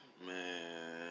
Man